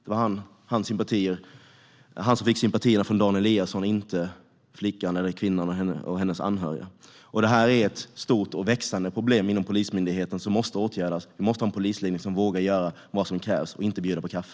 Det var han som fick Dan Eliassons sympatier, inte kvinnan och hennes anhöriga. Detta är ett stort och växande problem inom Polismyndigheten, och det måste åtgärdas. Vi måste ha en polisledning som vågar göra det som krävs i stället för att bjuda på kaffe.